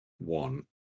one